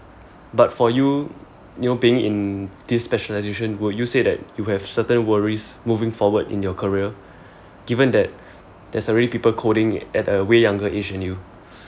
but for you you being in this specialisation you said that you have certain worries moving forward in your career given that there's already people coding at a way younger age than you